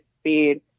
speed